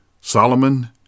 Solomon